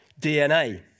DNA